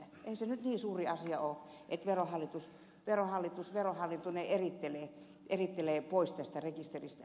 ei se nyt niin suuri asia ole että verohallinto ne erittelee pois tästä rekisteristä